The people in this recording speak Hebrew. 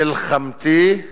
מלחמתי,